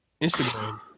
Instagram